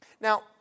Now